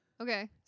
Okay